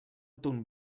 ton